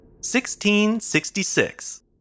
1666